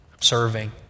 serving